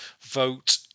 vote